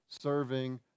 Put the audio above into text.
serving